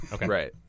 Right